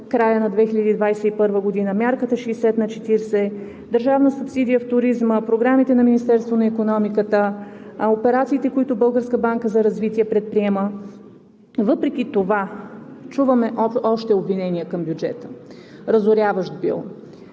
края на 2021 г., мярката 60/ 40, държавна субсидия в туризма, програмите на Министерството на икономиката, операциите, които Българската банка за развитие предприема. Въпреки това чуваме още обвинения към бюджета – разоряващ бил.